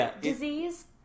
disease